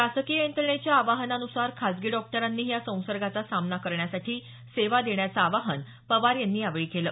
शासकीय यंत्रणेच्या आवाहनानुसार खाजगी डॉक्टरांनीही या संसर्गाचा सामना करण्यासाठी सेवा देण्याचं आवाहन पवार यांनी केलं